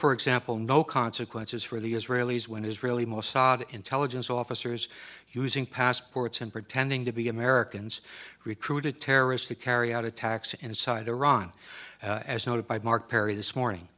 for example no consequences for the israelis when israeli mossad intelligence officers using passports and pretending to be americans recruited terrorists to carry out attacks inside iran as noted by mark perry this morning